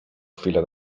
chwilę